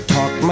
Talk